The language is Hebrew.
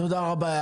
תודה רבה.